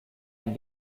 and